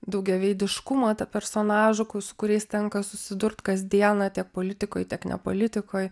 daugiaveidiškumą tą personažų ku su kuriais tenka susidurt kasdieną tiek politikoj tiek ne politikoj